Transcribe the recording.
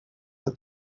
for